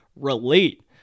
Relate